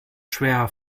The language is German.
schwer